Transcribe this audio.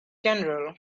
general